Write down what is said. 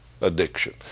addiction